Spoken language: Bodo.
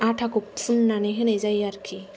आथाखौ फुननानै होनाय जायो आरोखि